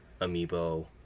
Amiibo